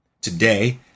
Today